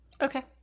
Okay